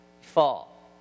Fall